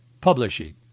Publishing